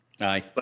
Aye